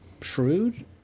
shrewd